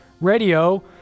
Radio